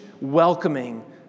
welcoming